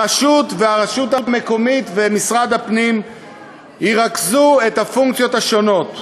הרשות והרשות המקומית ומשרד הפנים ירכזו את הפונקציות השונות.